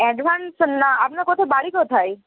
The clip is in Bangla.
অ্যাডভান্স না আপনার কোথায় বাড়ি কোথায়